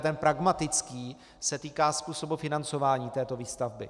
Ten pragmatický se týká způsobu financování této výstavby.